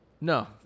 no